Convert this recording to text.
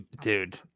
Dude